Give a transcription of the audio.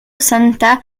santa